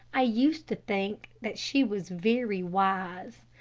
i used to think that she was very wise.